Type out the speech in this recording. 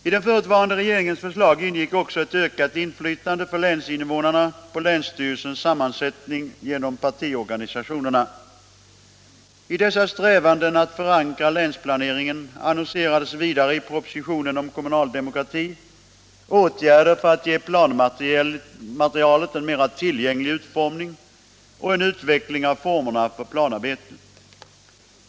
I dessa strävanden att förankra länsplaneringen annonserades vidare i propositionen om kommunal demokrati, 1975/76:187, åtgärder för att ge planmaterialet en mera tillgänglig utformning och en utveckling av formerna för planarbetet.